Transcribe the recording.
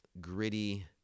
gritty